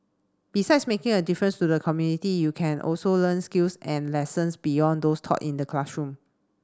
besides making a difference to the community you can also learn skills and lessons beyond those taught in the classroom